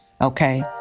Okay